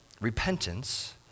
Repentance